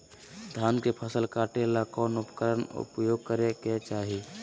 धान के फसल काटे ला कौन उपकरण उपयोग करे के चाही?